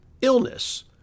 illness